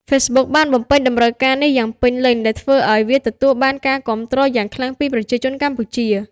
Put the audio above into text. Facebook បានបំពេញតម្រូវការនេះយ៉ាងពេញលេញ ដែលធ្វើឱ្យវាទទួលបានការគាំទ្រយ៉ាងខ្លាំងពីប្រជាជនកម្ពុជា។